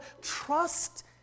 Trust